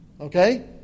Okay